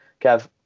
Kev